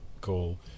call